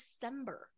december